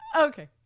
Okay